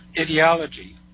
ideology